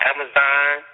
Amazon